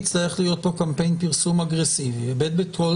יצטרך להיות כאן קמפיין פרסום אגרסיבי בכל